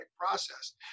process